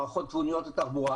מערכות תבוניות לתחבורה